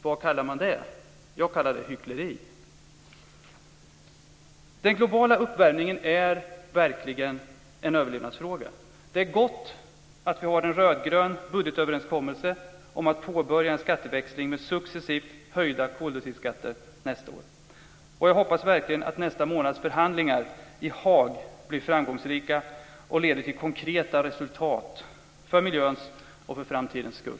Vad kallar man det? Jag kallar det hyckleri. Den globala uppvärmningen är verkligen en överlevnadsfråga. Det är gott att vi har en rödgrön budgetöverenskommelse att påbörja en skatteväxling med successivt höjda koldioxidskatter nästa år. Jag hoppas verkligen att nästa månads förhandlingar i Haag blir framgångsrika och leder till konkreta resultat för miljöns och för framtidens skull.